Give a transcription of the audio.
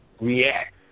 react